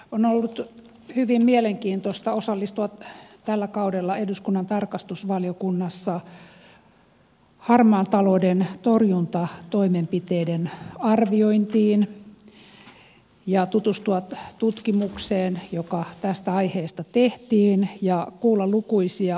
on ollut hyvin mielenkiintoista osallistua tällä kaudella eduskunnan tarkastusvaliokunnassa harmaan talouden torjuntatoimenpiteiden arviointiin ja tutustua tutkimukseen joka tästä aiheesta tehtiin ja kuulla lukuisia asiantuntijoita